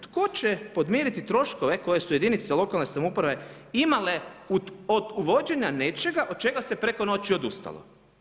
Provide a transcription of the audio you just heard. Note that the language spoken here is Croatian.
Tko će podmiriti troškove koje su jedinice lokalne samouprave imale od uvođenja nečega od čega se preko noći odustalo?